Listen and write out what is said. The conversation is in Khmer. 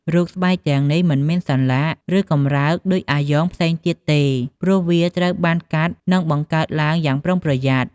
រូបស្បែកទាំងនេះ មិនមានសន្លាក់ ឬកម្រើកដូចអាយ៉ងផ្សេងទៀតទេ ព្រោះវាត្រូវបានកាត់ និងបង្កើតឡើងយ៉ាងប្រុងប្រយ័ត្ន។